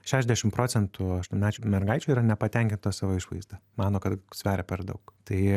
šešiasdešim procentų aštuonmečių mergaičių yra nepatenkintos savo išvaizda mano kad sveria per daug tai